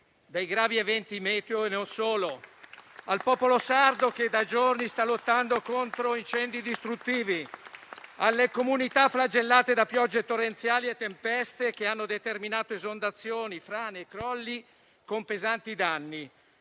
dai gravi eventi meteo e non solo, al popolo sardo che da giorni sta lottando contro incendi distruttivi, alle comunità flagellate da piogge torrenziali e tempeste che hanno determinato esondazioni, frane e crolli, con pesanti danni.